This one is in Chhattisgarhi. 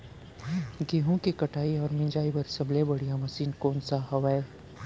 गेहूँ के कटाई अऊ मिंजाई बर सबले बढ़िया मशीन कोन सा हवये?